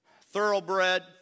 thoroughbred